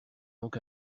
donc